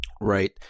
right